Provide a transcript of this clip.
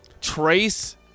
trace